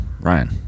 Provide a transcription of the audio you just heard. Ryan